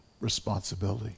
responsibility